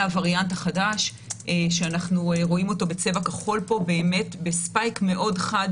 הווריאנט החדש שאנחנו רואים אותו בצבע כחול פה בספייק מאוד חד